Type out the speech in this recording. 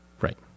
Right